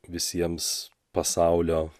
visiems pasaulio